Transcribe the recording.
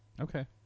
Okay